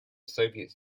soviets